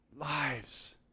lives